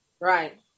Right